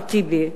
אחמד טיבי,